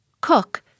Cook